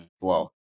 wow